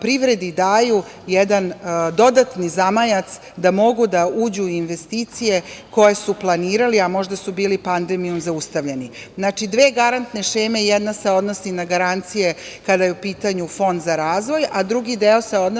privredi daju jedan dodatni zamajac da mogu da uđu i investicije koje su planirali, a možda su bili pandemijom zaustavljeni. Znači, dve garantne šeme. Jedna se odnosi na garancije kada je u pitanju Fond za razvoj, a drugi deo se odnosi